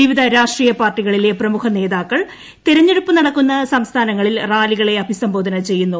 വിവിധ രാഷ്ട്രീയ പാർട്ടികളിലെ പ്രമുഖ നേതാക്കൾ തെരഞ്ഞെടുപ്പ് നടക്കുന്ന സംസ്ഥാനങ്ങളിൽ റാലികളെ അഭിസംബോധന ചെയ്യുന്നു